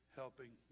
helping